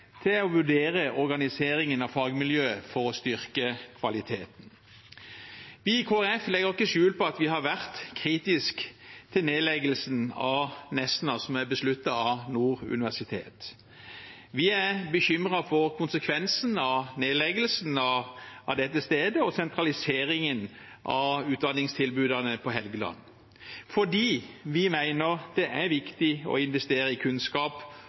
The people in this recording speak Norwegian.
til å vurdere organiseringen av fagmiljøet for å styrke kvaliteten. Vi i Kristelig Folkeparti legger ikke skjul på at vi har vært kritisk til nedleggelsen av Nesna som er besluttet av Nord universitet. Vi er bekymret for konsekvensen av nedleggelsen av dette stedet og sentraliseringen av utdanningstilbudene på Helgeland fordi vi mener det er viktig å investere i kunnskap